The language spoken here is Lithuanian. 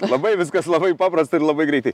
labai viskas labai paprasta ir labai greitai